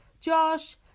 Josh